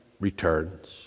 returns